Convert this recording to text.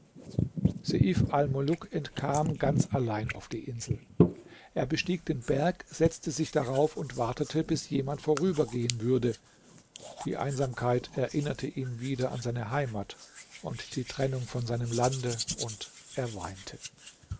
entkam ganz allein auf die insel er bestieg den berg setzte sich darauf und wartete bis jemand vorübergehen würde die einsamkeit erinnerte ihn wieder an seine heimat und die trennung von seinem lande und er weinte